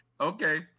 Okay